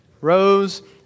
rose